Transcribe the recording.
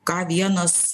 ką vienas